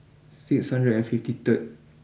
six hundred and fifty third